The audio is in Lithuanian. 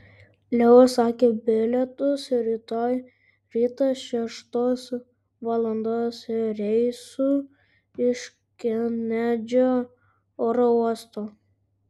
leo užsakė bilietus rytoj rytą šeštos valandos reisu iš kenedžio oro uosto